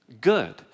good